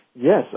Yes